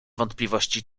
wątpliwości